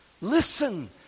Listen